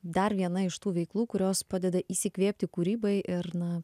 dar viena iš tų veiklų kurios padeda įsikvėpti kūrybai ir na